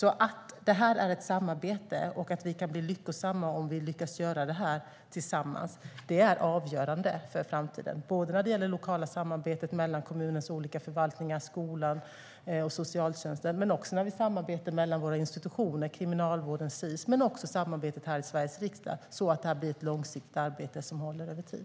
Det här är ett samarbete, och vi kan bli lyckosamma om vi lyckas göra det här tillsammans. Det är avgörande för framtiden. Det gäller det lokala samarbetet mellan kommunens olika förvaltningar, skolan och socialtjänsten men också samarbetet mellan våra institutioner, Kriminalvården och Sis och samarbetet här i Sveriges riksdag. Det handlar om att det här ska bli ett långsiktigt arbete som håller över tid.